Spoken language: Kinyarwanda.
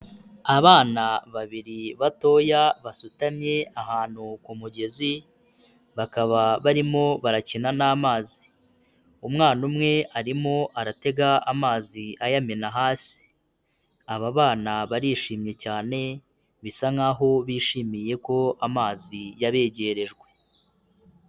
Abana babiri batoya basutamye ahantu ku mugezi, bakaba barimo barakina n'amazi, umwana umwe arimo aratega amazi ayamena hasi, aba bana barishimye cyane bisa nkaho bishimiye ko amazi yabegerejwe.